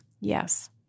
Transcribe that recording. Yes